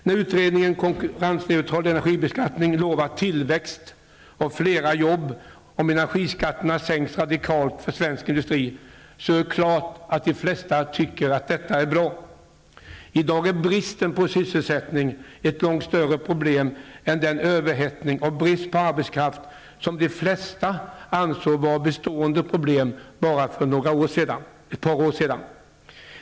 När utredningen ''Konkurrensneutral energibeskattning'' lovar tillväxt och flera jobb om energiskatterna sänks radikalt för svensk industri, är det klart att de flesta tycker att det är bra. I dag är bristen på sysselsättning ett långt större problem än den överhettning och brist på arbetskraft som de flesta ansåg vara ett bestående problem för bara ett par år sedan.